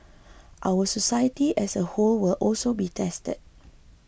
our society as a whole will also be tested